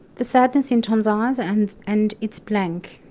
the sadness in tom's eyes and and it's blank,